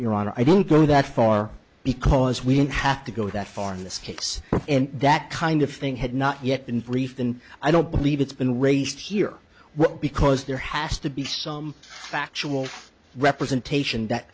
honor i didn't go that far because we didn't have to go that far in this case and that kind of thing had not yet been briefed and i don't believe it's been raised here well because there has to be some factual representation that